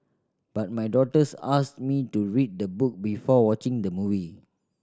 but my daughters asked me to read the book before watching the movie